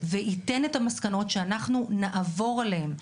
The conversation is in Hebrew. וייתן את המסקנות שאנחנו נעבור עליהן,